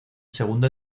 segundo